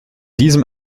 diesem